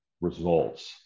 results